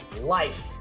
Life